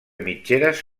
mitgeres